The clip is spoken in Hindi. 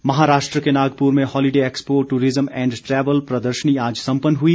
प्रदर्शनी महाराष्ट्र के नागपुर में holiday expo tourism and travel प्रदर्शनी आज सम्पन्न हुई